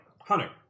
Hunter